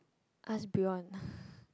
ask Bion